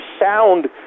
sound